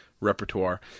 repertoire